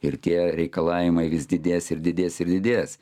ir tie reikalavimai vis didės ir didės ir didės